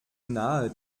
nahe